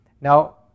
Now